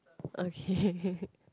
okay